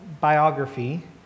biography